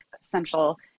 central